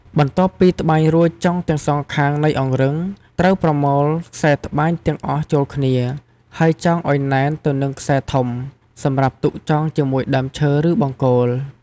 បន្ទាប់ពី ត្បាញរួចចុងទាំងសងខាងនៃអង្រឹង ត្រូវប្រមូលខ្សែត្បាញទាំងអស់ចូលគ្នា ហើយចងឲ្យណែនទៅនឹងខ្សែធំ សម្រាប់ទុកចងជាមួយដើមឈើឬបង្គោល។